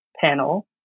panel